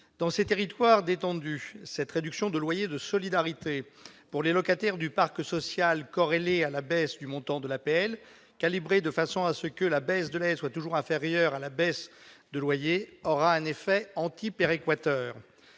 Dans ces territoires détendus, la réduction de loyer de solidarité, la RLS, pour les locataires du parc social, corrélée à une baisse du montant de l'APL calibrée de telle façon que la baisse de l'aide soit toujours inférieure à la baisse de loyer, aura un effet antipéréquateur.